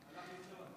אינו נוכח.